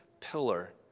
pillar